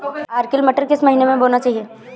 Arkel मटर किस महीना में बोना चाहिए?